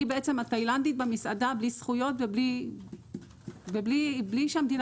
אני התאילנדית במסעדה בלי זכויות ובלי שהמדינה